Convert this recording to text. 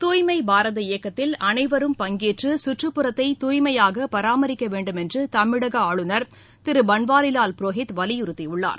தூய்மை பாரத இயக்கத்தில் அனைவரும் பங்கேற்று சுற்றுப்புறத்தை தூய்மையாக பராமரிக்க வேண்டும் திரு பன்வாரிலால் புரோஹித் வலியுறுத்தியுள்ளார்